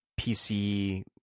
PC